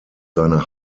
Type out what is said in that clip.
seiner